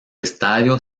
estadio